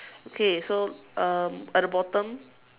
okay so um at the bottom